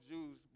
Jews